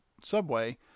subway